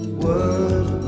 word